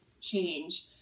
change